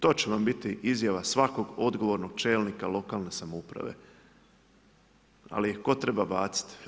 To će vam biti izjava svakog odgovornost čelnika lokalne samouprave, ali tko treba baciti?